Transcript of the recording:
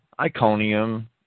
Iconium